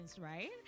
right